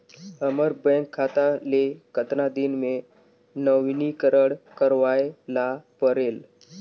हमर बैंक खाता ले कतना दिन मे नवीनीकरण करवाय ला परेल?